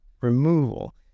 removal